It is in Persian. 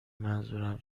منظورم